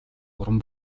уран